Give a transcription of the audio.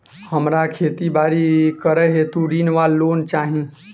हमरा खेती बाड़ी करै हेतु ऋण वा लोन चाहि?